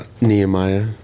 Nehemiah